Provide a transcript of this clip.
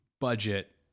budget